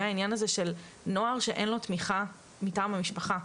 העניין הזה של נוער שאין לו תמיכה מטעם המשפחה.